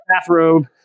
bathrobe